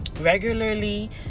regularly